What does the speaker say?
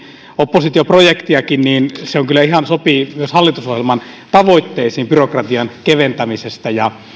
oppositioprojektiakin se kyllä ihan sopii myös hallitusohjelman tavoitteisiin byrokratian keventämisestä ja